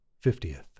Fiftieth